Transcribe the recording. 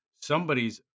Somebody's